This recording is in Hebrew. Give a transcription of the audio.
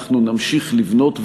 אנחנו נמשיך לבנות ולהיבנות,